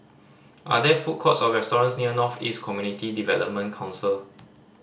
are there food courts or restaurants near North East Community Development Council